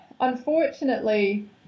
unfortunately